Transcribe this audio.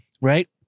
right